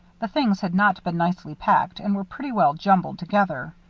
the things had not been nicely packed and were pretty well jumbled together.